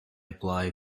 apply